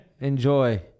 enjoy